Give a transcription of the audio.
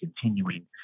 continuing